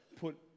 put